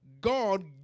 God